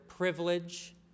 privilege